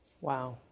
Wow